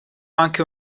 anche